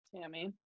Tammy